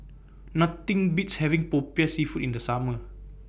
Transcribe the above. Nothing Beats having Popiah Seafood in The Summer